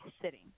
sitting